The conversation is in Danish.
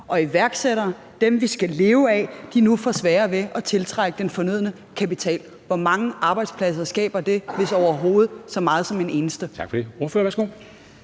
og iværksættere, dem, vi skal leve af, nu får sværere ved at tiltrække den fornødne kapital. Hvor mange arbejdspladser skaber det? Skaber det overhovedet en eneste?